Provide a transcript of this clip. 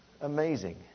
Amazing